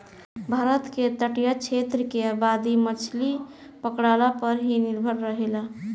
भारत के तटीय क्षेत्र के आबादी मछरी पकड़ला पर ही निर्भर करेला